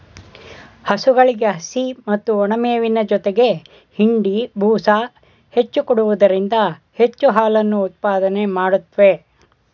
ಹಸುಗಳಿಗೆ ಹಸಿ ಮತ್ತು ಒಣಮೇವಿನ ಜೊತೆಗೆ ಹಿಂಡಿ, ಬೂಸ ಹೆಚ್ಚು ಕೊಡುವುದರಿಂದ ಹೆಚ್ಚು ಹಾಲನ್ನು ಉತ್ಪಾದನೆ ಮಾಡುತ್ವೆ